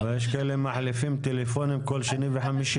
אבל יש כאלה שמחליפים טלפונים בכל שני וחמישי.